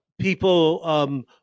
people